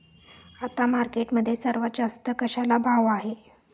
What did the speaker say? आता मार्केटमध्ये सर्वात जास्त कशाला भाव आहे?